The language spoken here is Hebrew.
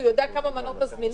כי הוא יודע כמה מנות מזמינים,